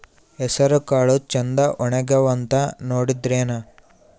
ಹೆಸರಕಾಳು ಛಂದ ಒಣಗ್ಯಾವಂತ ನೋಡಿದ್ರೆನ?